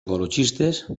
ecologistes